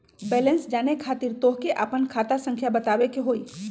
Balance जाने खातिर तोह के आपन खाता संख्या बतावे के होइ?